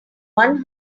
one